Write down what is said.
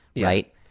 right